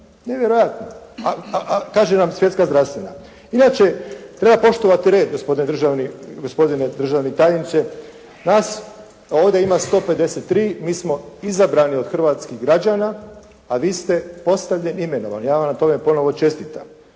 Nevjerojatno. A kaže nam svjetska zdravstvena. Inače treba poštovati red gospodine državni tajniče. Nas ovdje ima 153, mi smo izabrani od hrvatskih građana, a vi ste postavljeni, imenovani. Ja vam na tome ponovno čestitam.